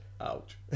ouch